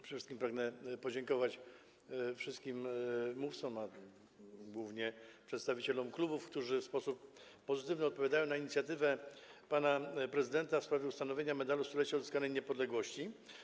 Przede wszystkim pragnę podziękować wszystkim mówcom, głównie przedstawicielom klubów, którzy w sposób pozytywny odpowiadają na inicjatywę pana prezydenta w sprawie ustanowienia Medalu Stulecia Odzyskanej Niepodległości.